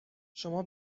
شما